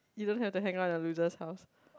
you don't have to hang out in a loser's house